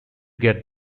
get